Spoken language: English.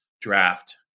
draft